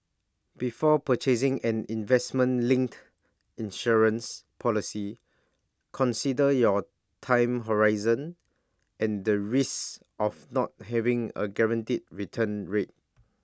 before purchasing an investment linked insurance policy consider your time horizon and the risks of not having A guaranteed return rate